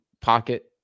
pocket